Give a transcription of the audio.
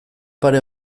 pare